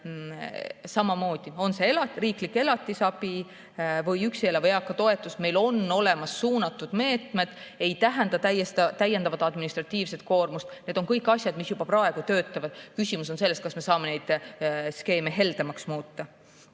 samamoodi, on see riiklik elatisabi või üksi elava eaka toetus, meil on olemas suunatud meetmed. See ei tähenda täiendavat administratiivset koormust, need on kõik asjad, mis juba praegu töötavad. Küsimus on selles, kas me saame neid skeeme heldemaks muuta.